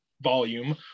volume